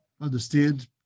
understand